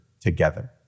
together